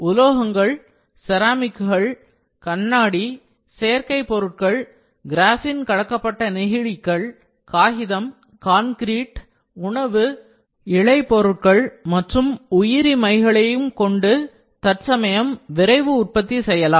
உலோகங்கள் செராமிக்கள் கண்ணாடி சேர்க்கை பொருட்கள் கிரஃபீன் கலக்கப்பட்ட நெகிழிகள் காகிதம் கான்கிரீட் உணவு நூல் பொருட்கள் மற்றும் உயிரி மைகளை கொண்டும் தற்சமயம் விரைவு உற்பத்தி செய்யலாம்